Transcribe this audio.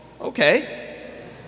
okay